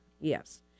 Yes